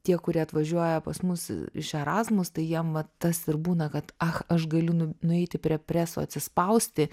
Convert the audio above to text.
tie kurie atvažiuoja pas mus iš erazmus tai jiem vat tas ir būna kad ah aš galiu nu nueiti prie preso atsispausti